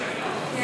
יואל חסון,